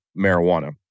marijuana